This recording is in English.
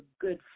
good